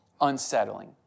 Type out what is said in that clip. unsettling